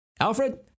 Alfred